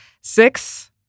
Six